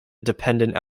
dependent